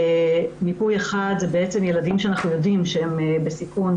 אוכלוסייה אחת היא הילדים שאנחנו יודעים שהם בסיכון.